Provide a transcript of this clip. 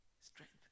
Strength